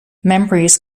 memories